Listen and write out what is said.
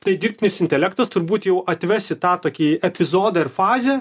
tai dirbtinis intelektas turbūt jau atves į tą tokį epizodą ir fazę